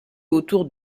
autour